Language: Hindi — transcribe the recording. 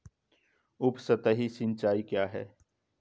उपसतही सिंचाई क्या है?